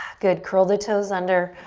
good, curl the toes under,